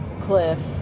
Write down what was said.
cliff